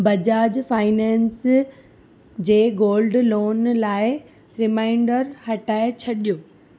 Bajaj finance जे gold loan लाइ reminder हटाए छॾियो